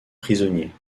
prisonnier